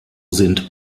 sind